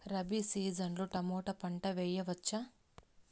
Rabi season లో tomato పంట వేయవచ్చా?